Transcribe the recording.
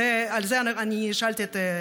על זה שאלתי את זה,